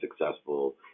successful